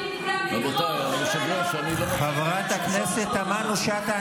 והוא זמין חברת הכנסת תמנו שטה,